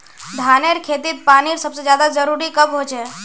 धानेर खेतीत पानीर सबसे ज्यादा जरुरी कब होचे?